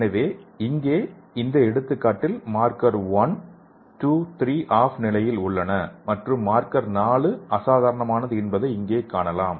எனவே இங்கே இந்த எடுத்துக்காட்டில் மார்க்கர் 1 2 3 ஆஃப் நிலையில் உள்ளன மற்றும் மார்க்கர் 4 அசாதாரணமானது என்பதை இங்கே காணலாம்